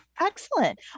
Excellent